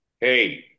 Hey